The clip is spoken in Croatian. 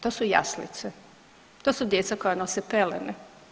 To su jaslice, to su djeca koja nose pelene.